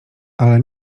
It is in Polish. ale